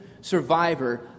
survivor